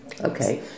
Okay